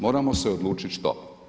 Moramo se odlučiti što.